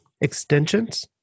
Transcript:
extensions